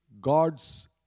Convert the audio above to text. God's